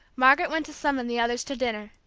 margaret went to summon the others to dinner.